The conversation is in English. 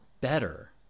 better